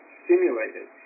stimulated